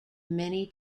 many